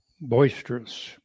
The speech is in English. boisterous